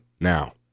now